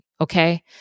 okay